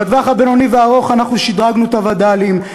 לטווח הבינוני והארוך אנחנו שדרגנו את הווד"לים,